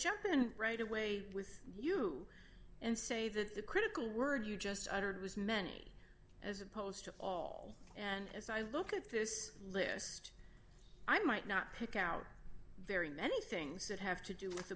jump in right away with you and say that the critical word you just uttered was many as opposed to all and as i look at this list i might not pick out very many things that have to do with